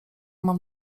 mam